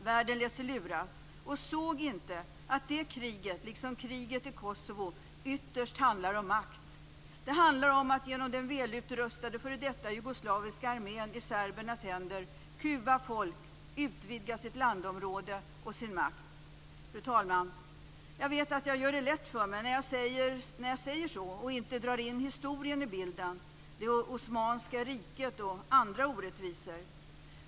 Världen lät sig luras och såg inte att det kriget, liksom kriget i Kosovo, ytterst handlar om makt. Det handlar om att genom den välutrustade f.d. jugoslaviska armén i serbernas händer kuva folk och utvidga sitt landområde och sin makt. Fru talman! Jag vet att jag gör det lätt för mig när jag säger så och inte drar in historien i bilden - det osmanska riket och andra orättvisor.